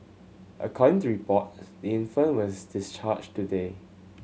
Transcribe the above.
according to report infant was discharged today